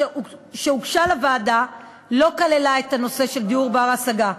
ההצעה הממשלתית שהוגשה לוועדה לא כללה את הנושא של דיור בר-השגה.